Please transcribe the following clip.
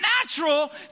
natural